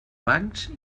bancs